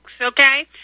okay